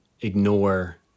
ignore